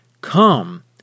Come